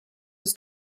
was